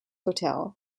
hotel